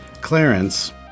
Clarence